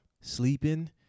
sleeping